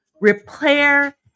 repair